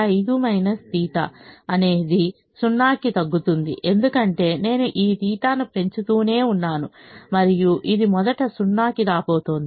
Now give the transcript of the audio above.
25 θ అనేది 0 కి తగ్గుతుంది ఎందుకంటే నేను ఈ θ ను పెంచుతూనే ఉన్నాను మరియు అది మొదట 0 కి రాబోతుంది